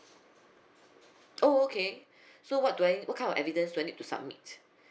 oh okay so what do I what kind of evidence do I need to submit